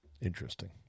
Interesting